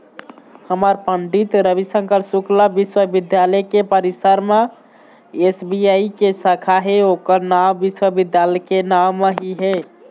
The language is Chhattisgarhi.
हमर पंडित रविशंकर शुक्ल बिस्वबिद्यालय के परिसर म एस.बी.आई के साखा हे ओखर नांव विश्वविद्यालय के नांव म ही है